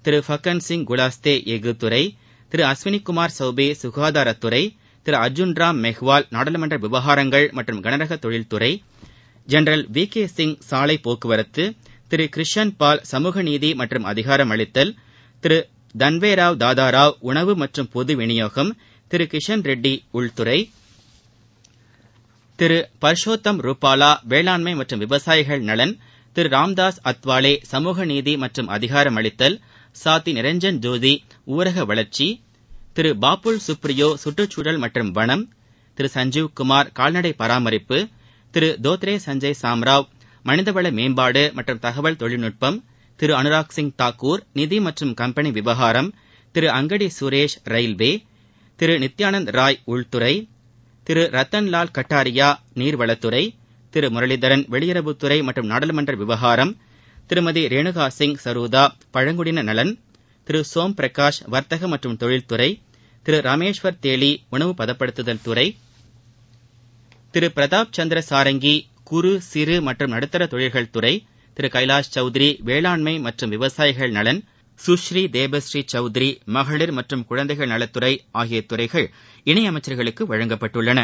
திரு ஃபக்கன் சிங் குலஸ்தே எஃஃகு துறை திரு அஸ்வினி குமார் சௌபே சுகாதாரத்துறை திரு அர்ஜுன் ராம் மெஹ்வால் நாடாளுமன்ற விவகாரங்கள் மற்றும் கனரக தொழில் துறை ஜெனரல் வி கே சிங் சாலை போக்குவரத்து திரு கிரிஷன் பால் சமூகநீதி மற்றும் அதிகாரமளித்தல் திரு தன்வேராவ் தாதாராவ் உணவு மற்றும் பொது விநியோகம் திரு கிஷன் ரெட்டி உள்துறை திரு பர்ஷோத்தம் ரூபாலா வேளாண்மை மற்றும் விவசாயிகள் நலன் திரு ராம்தாஸ் அத்வாலே சமூகநீதி மற்றும் அதிகாரமளித்தல் சாத்வி நிரஞ்சன் ஜோதி ஊரக வளர்ச்சி திரு பாபுல் சுப்ரியோ சுற்றுச்சூழல் மற்றும் வனம் திரு சஞ்ஜீவ் குமார் கால்நடை பராமரிப்பு திரு தோத்ரே சஞ்சுய் சாம்ராவ் மனிதவள மேம்பாடு மற்றும் தகவல் தொழில்நுட்பம் திரு அனுராக் சிங் தாகூர் நிதி மற்றும் கம்பெனி விவகாரம் திரு அங்கடி சுரேஷ் ரயில்வே திரு நித்யானந்த் ராய் உள்துறை திரு ரத்தன் லால் கட்டாரியா நீர்வளத்துறை திரு முரளிதரன் வெளியுறவுத்துறை மற்றும் நாடாளுமன்ற விவகாரம் திருமதி ரேணுகா சிங் சரூதா பழங்குடியினர் நலன் திரு சோம் பிரகாஷ் வர்த்தகம் மற்றும் தொழில்துறை திரு ராமேஸ்வர் தேலி உணவு பதப்படுத்துதல் துறை திரு பிரதாப் சந்திர சாரங்கி குறு சிறு மற்றும் நடுத்தர தொழில்கள் துறை திரு கைலாஷ் சௌத்ரி வேளாண்மை மற்றும் விவசாயிகள் நலன் சுஷ்ரி தேபஸ்ரி சௌத்ரி மகளிர் மற்றும் குழந்தைகள் நலத்துறை ஆகிய துறைகள்இணை அமைச்சர்களுக்கு வழங்கப்பட்டுள்ளன